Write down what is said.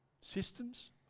Systems